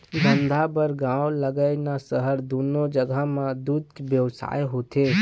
धंधा बर गाँव लागय न सहर, दूनो जघा म दूद के बेवसाय होथे